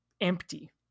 empty